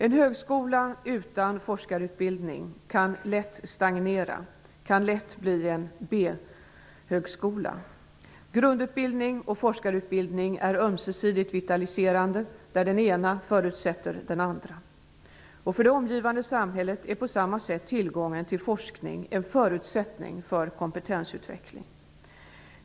En högskola utan forskarutbildning kan lätt stagnera, kan lätt bli en B-högskola. Grundutbildning och forskarutbildning är ömsesidigt vitaliserande, där den ena förutsätter den andra. För det omgivande samhället är på samma sätt tillgången till forskning en förutsättning för kompetensutveckling.